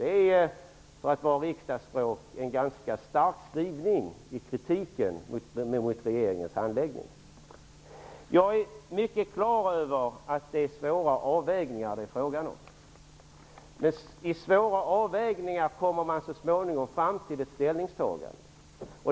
Det är, för att tala riksdagsspråk, en ganska stark skrivning i fråga om kritiken mot regeringens handläggning. Jag är mycket klar över att det är fråga om svåra avvägningar. Men man kommer så småningom fram till ett ställningstagande.